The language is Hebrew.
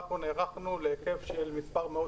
אנחנו נערכנו להיקף של מספר מאות